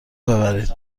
ببرید